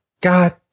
God